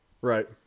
right